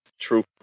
true